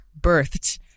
birthed